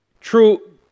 True